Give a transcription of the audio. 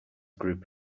group